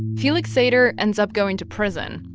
felix sater ends up going to prison,